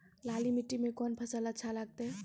लाल मिट्टी मे कोंन फसल अच्छा लगते?